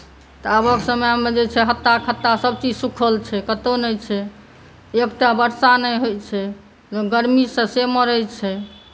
तऽ आबक समयमे जे छै हत्ता खत्ता सभचीज सूखल छै कतहु नहि छै एकटा वर्षा नहि होइत छै गर्मीसँ से मरैत छै